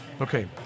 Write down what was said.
Okay